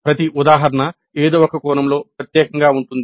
ప్రతి ఉదాహరణ ఏదో ఒక కోణంలో ప్రత్యేకంగా ఉంటుంది